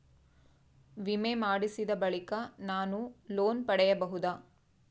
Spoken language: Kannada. ವಿಮೆ ಮಾಡಿಸಿದ ಬಳಿಕ ನಾನು ಲೋನ್ ಪಡೆಯಬಹುದಾ?